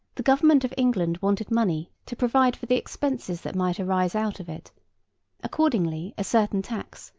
the government of england wanted money to provide for the expenses that might arise out of it accordingly a certain tax,